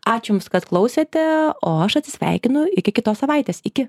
ačiū jums kad klausėte o aš atsisveikinu iki kitos savaitės iki